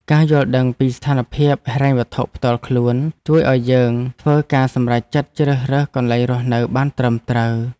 ការយល់ដឹងពីស្ថានភាពហិរញ្ញវត្ថុផ្ទាល់ខ្លួន ជួយឱ្យយើងធ្វើការសម្រេចចិត្តជ្រើសរើសកន្លែងរស់នៅបានត្រឹមត្រូវ។